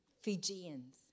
Fijians